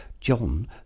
John